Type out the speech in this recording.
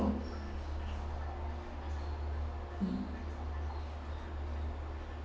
mm